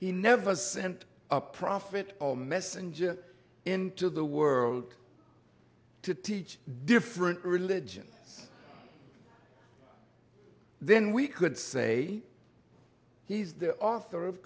he never sent a prophet all messenger into the world to teach different religion then we could say he's the author of